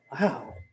Wow